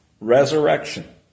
resurrection